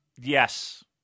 yes